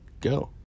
go